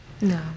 no